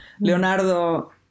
leonardo